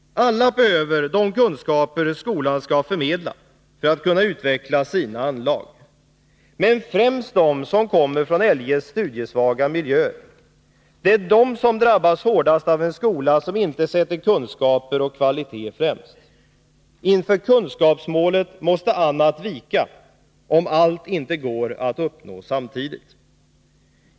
Alla behöver de kunskaper som skolan skall förmedla för att kunna utveckla sina anlag, men främst de som kommer från eljest studiesvaga miljöer. De drabbas hårdast av en skola, som inte sätter kunskaper och kvalitet främst. Inför kunskapsmålet måste annat vika, om inte allt går att uppnå samtidigt.